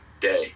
day